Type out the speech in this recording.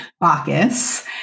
Bacchus